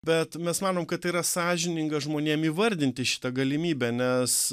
bet mes manom kad tai yra sąžininga žmonėm įvardinti šitą galimybę nes